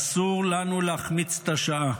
אסור לנו להחמיץ את השעה.